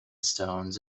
stones